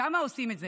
כמה עושים את זה,